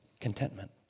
contentment